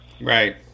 Right